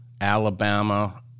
Alabama